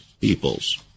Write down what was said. peoples